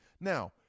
Now